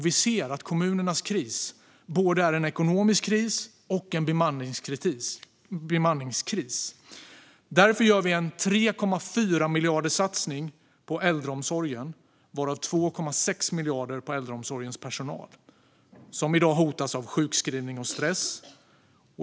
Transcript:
Vi ser att kommunernas kris är både en ekonomisk kris och en bemanningskris. Därför gör vi en 3,4-miljarderssatsning på äldreomsorgen, varav 2,6 miljarder går till äldreomsorgens personal, som i dag hotas av sjukskrivning och stress.